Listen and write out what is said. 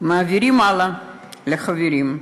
מעבירים הלאה לחברים,